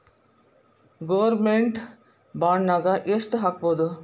Government ಬಾಂಡ್ನಾಗ್ ಯೆಷ್ಟ್ ಹಾಕ್ಬೊದು?